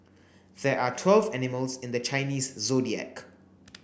there are twelve animals in the Chinese Zodiac